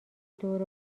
دور